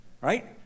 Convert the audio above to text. right